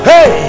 Hey